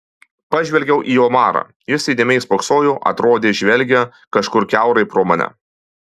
pažvelgiau į omarą jis įdėmiai spoksojo atrodė žvelgia kažkur kiaurai pro mane